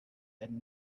and